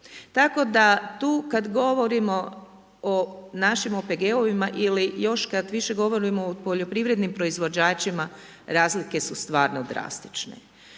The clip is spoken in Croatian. Tako da tu kad govorimo o našim OPG-ovima ili još kad više govorimo o poljoprivrednim proizvođačima razlike su stvarno drastične.